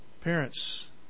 Parents